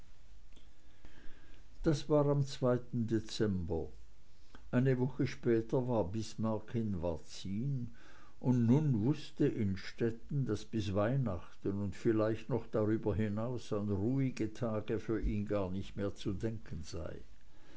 das war am dezember eine woche später war bismarck in varzin und nun wußte innstetten daß bis weihnachten und vielleicht noch darüber hinaus an ruhige tage für ihn gar nicht mehr zu denken sei